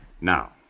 Now